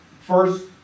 First